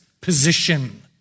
position